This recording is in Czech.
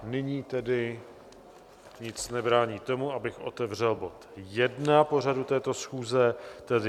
Nyní tedy nic nebrání tomu, abych otevřel bod jedna pořadu této schůze, tedy